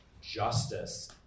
justice